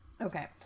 Okay